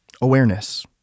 Awareness